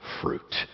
fruit